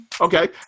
Okay